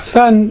son